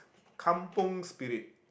kampung Spirit